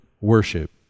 worship